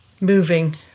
moving